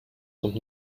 kommt